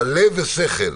אבל לב ושכל.